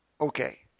Okay